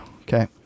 okay